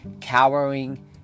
cowering